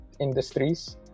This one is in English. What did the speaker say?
industries